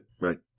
Right